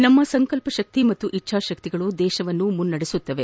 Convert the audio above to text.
ನಮ್ನ ಸಂಕಲ್ವಶಕ್ತಿ ಮತ್ತು ಇಚ್ದಾಕ್ತಿಗಳು ದೇಶವನ್ನು ಮುನ್ನಡೆಸುತ್ತವೆ